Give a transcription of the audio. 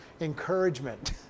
encouragement